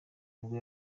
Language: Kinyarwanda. nibwo